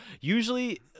usually